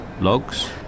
logs